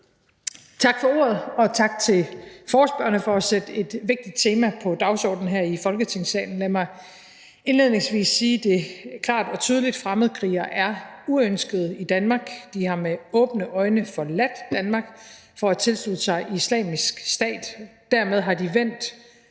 Tak for ordet, og tak til forespørgerne for at sætte et vigtigt tema på dagsordenen her i Folketingssalen. Lad mig indledningsvis sige det klart og tydeligt: Fremmedkrigere er uønskede i Danmark. De har med åbne øjne forladt Danmark for at tilslutte sig Islamisk Stat, og dermed har de vendt